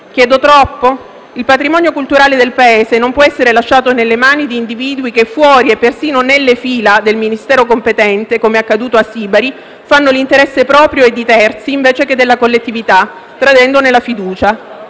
Chiedo troppo? Il patrimonio culturale del Paese non può essere lasciato nelle mani di individui che fuori e persino nelle fila del Ministero competente, come accaduto a Sibari, fanno l'interesse proprio e di terzi, invece che della collettività, tradendone la fiducia.